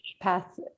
path